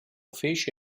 fece